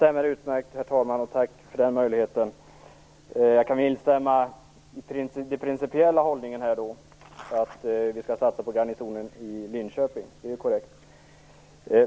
Herr talman! Jag instämmer i Conny Öhmans principiella hållning, att vi skall satsa på garnisonen i Linköping. Det är korrekt.